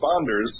responders